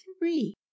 three